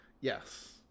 Yes